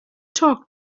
talk